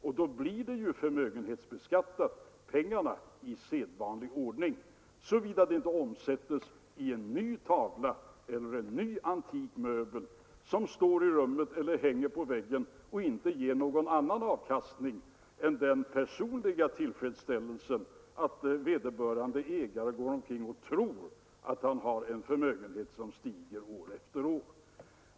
Och då blir ju de pengarna förmögenhetsbeskattade i vanlig ordning — såvida de inte omsätts i en ”ny” tavla eller en ”ny” antik möbel som hängs på väggen eller ställs i rummet utan att ge någon annan avkastning än den personliga tillfredsställelsen för vederbörande ägare att han går omkring och tror sig ha en förmögenhet som stiger i värde år efter år.